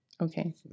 Okay